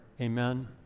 Amen